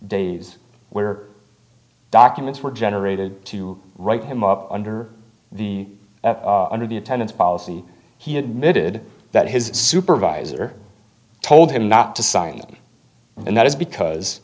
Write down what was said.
days where documents were generated to write him up under the under the attendance policy he admitted that his supervisor told him not to sign them and that is because